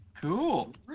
Cool